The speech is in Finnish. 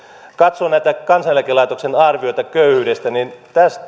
katsoo näitä kansaneläkelaitoksen arvioita köyhyydestä niin